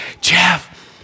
Jeff